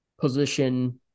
position